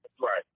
right